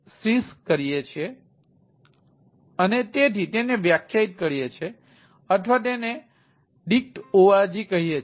stdin loop માં આપણે શું વાંચી રહ્યા છે